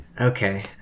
okay